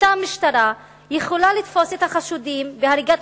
אותה משטרה יכולה לתפוס את החשודים בהריגת